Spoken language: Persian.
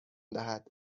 دهد